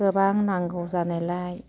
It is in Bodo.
गोबां नांगौ जानायलाय